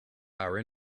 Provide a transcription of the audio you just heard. our